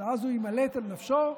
ואז הוא יימלט על נפשו,